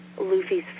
Luffy's